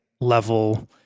level